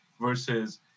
versus